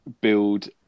build